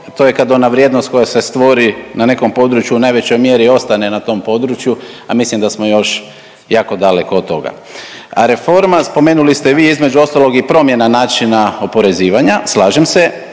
to je kad ona vrijednost koja se stvori na nekom području u najvećoj mjeri ostane na tom području, a mislim da smo još jako daleko od toga. A reforma, spomenuli ste i vi između ostalog i promjena načina oporezivanja, slažem se,